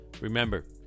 Remember